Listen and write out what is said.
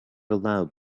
aloud